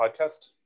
podcast